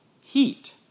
heat